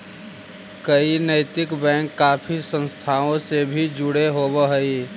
कई नैतिक बैंक काफी संस्थाओं से भी जुड़े होवअ हई